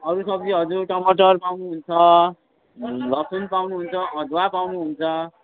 अरू सब्जी हजुर टमाटर पाउनुहुन्छ लसुन पाउनुहुन्छ अदुवा पाउनुहुन्छ